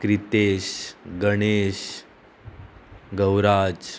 Kritesh Ganesh Gauraj